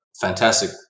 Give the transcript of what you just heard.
fantastic